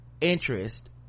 interest